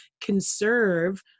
conserve